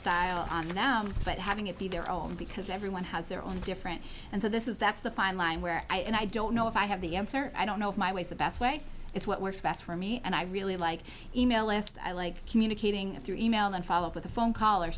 now but having it be their own because everyone has their own different and so this is that's the fine line where i and i don't know if i have the answer i don't know if my ways the best way it's what works best for me and i really like email last i like communicating through email then follow up with a phone call or